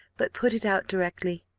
but put it out directly.